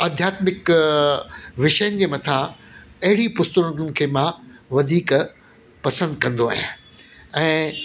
आध्यातमिक विषयनि जे मथा अहिड़ी पुस्तुकुनि खे मां वधीक पसंदि कंदो आहियां ऐं